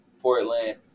Portland